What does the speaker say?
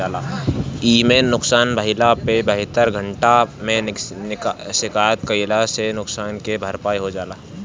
इमे नुकसान भइला पे बहत्तर घंटा में शिकायत कईला से नुकसान के भरपाई हो जाला